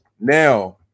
now